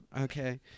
Okay